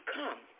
come